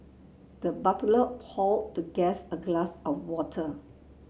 the butler poured the guest a glass of water